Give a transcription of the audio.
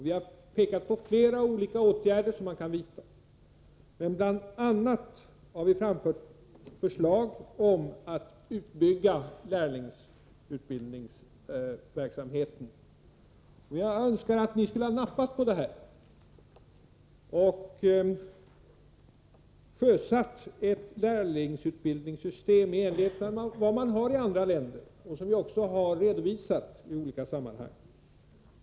Vi har pekat på flera olika åtgärder som kunde vidtas. Bl. a. har vi framfört förslag om att bygga ut lärlingsutbildningen. Jag önskar att ni skulle ha nappat på det förslaget och sjösatt ett lärlingsutbildningssystem i enlighet med vad man har i andra länder, som vi redovisat i olika sammanhang.